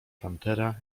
pantera